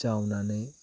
जावनानै